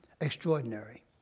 extraordinary